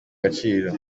gaciro